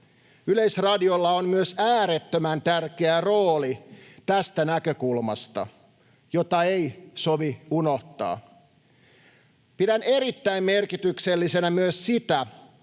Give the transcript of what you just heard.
Yleisradiolla on myös äärettömän tärkeä rooli tästä näkökulmasta, jota ei sovi unohtaa. Pidän erittäin merkityksellisenä myös sitä,